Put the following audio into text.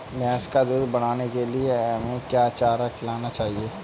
भैंस का दूध बढ़ाने के लिए हमें क्या चारा खिलाना चाहिए?